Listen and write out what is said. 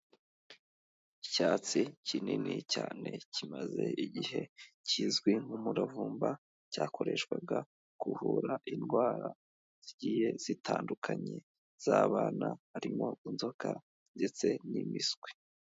Icyatsi kinini cyane kimaze igihe kizwi nk'umuravumba cyakoreshwaga kuvura indwara zigiye zitandukanye z'abana harimo inzoka ndetse n'impiswi.